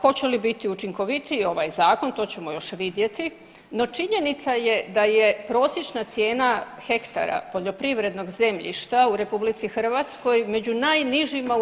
Hoće li biti učinkovitiji ovaj zakon to ćemo još vidjeti, no činjenica je da je prosječna cijena hektara poljoprivrednog zemljišta u RH među najnižima u EU.